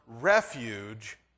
refuge